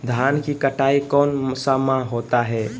धान की कटाई कौन सा माह होता है?